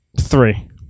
three